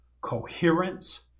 coherence